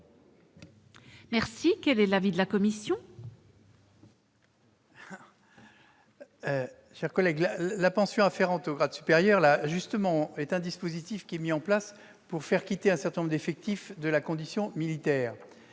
Quel est l'avis de la commission ?